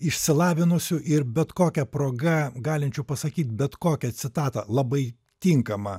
išsilavinusių ir bet kokia proga galinčių pasakyti bet kokią citatą labai tinkamą